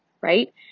right